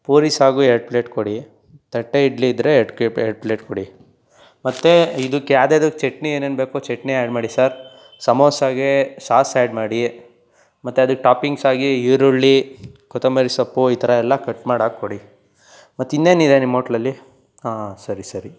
ಪೂರಿ ಸಾಗು ಎರಡು ಪ್ಲೇಟ್ ಕೊಡಿ ತಟ್ಟೆ ಇಡ್ಲಿ ಇದ್ದರೆ ಎರಡು ಕೇಟ್ ಎರಡು ಪ್ಲೇಟ್ ಕೊಡಿ ಮತ್ತು ಇದಕ್ಕೆ ಯಾವ್ದು ಯಾವ್ದಕ್ಕೆ ಚಟ್ನಿ ಏನೇನು ಬೇಕೋ ಚಟ್ನಿ ಆ್ಯಡ್ ಮಾಡಿ ಸರ್ ಸಮೋಸಾಗೆ ಸಾಸ್ ಆ್ಯಡ್ ಮಾಡಿ ಮತ್ತು ಅದಕ್ಕೆ ಟಾಪಿಂಗ್ಸಾಗಿ ಈರುಳ್ಳಿ ಕೊತ್ತಂಬರಿ ಸೊಪ್ಪು ಈ ಥರ ಎಲ್ಲ ಕಟ್ ಮಾಡಿ ಹಾಕ್ ಕೊಡಿ ಮತ್ತು ಇನ್ನೇನು ಇದೆ ನಿಮ್ಮ ಓಟ್ಲಲ್ಲಿ ಹಾಂ ಸರಿ ಸರಿ